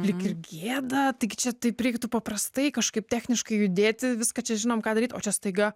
lyg ir gėda taigi čia taip reiktų paprastai kažkaip techniškai judėti viską čia žinom ką daryt o čia staiga